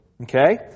Okay